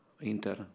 Inter